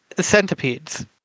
centipedes